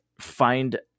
find